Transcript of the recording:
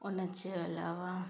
उन जे अलावा